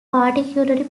particularly